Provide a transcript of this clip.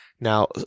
Now